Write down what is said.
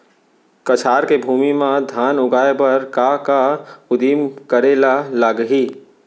कछार के भूमि मा धान उगाए बर का का उदिम करे ला लागही?